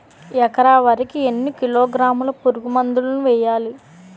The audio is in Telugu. ఎకర వరి కి ఎన్ని కిలోగ్రాముల పురుగు మందులను వేయాలి?